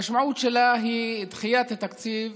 המשמעות שלה היא דחיית התקציב